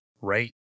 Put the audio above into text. right